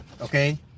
Okay